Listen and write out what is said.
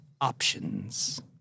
options